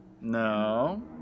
No